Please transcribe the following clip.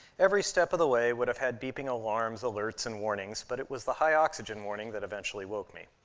every step of the way would have had beeping alarms, alerts, and warnings, but it was the high-oxygen warning that eventually woke me.